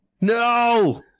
No